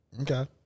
okay